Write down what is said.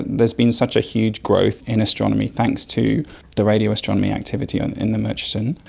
there has been such a huge growth in astronomy, thanks to the radioastronomy activity and in the murchison,